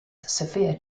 sofia